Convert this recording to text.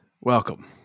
welcome